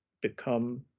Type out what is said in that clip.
become